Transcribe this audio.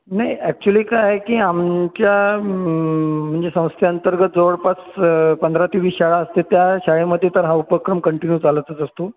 नाही ॲक्चुअली काय आहे कि आमच्या म्हणजे संस्थेअंतर्गत जवळपास पंधरा ते वीस शाळा असते त्या शाळेमध्ये तर हा उपक्रम कंटिन्यू चालतच असतो